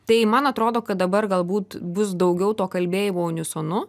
tai man atrodo kad dabar galbūt bus daugiau to kalbėjimo unisonu